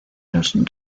los